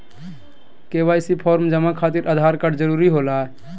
KYC form जमा खातिर Aadhaar card जरूरी होला?